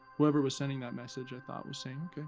whoever was sending that message, i thought was saying, okay,